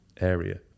area